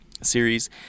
series